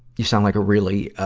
you sound like a really, ah,